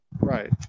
Right